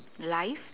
life